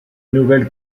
nouvelle